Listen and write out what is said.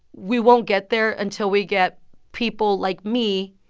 we won't get there until we get people like me